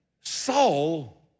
Saul